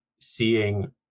seeing